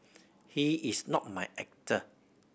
he is not my actor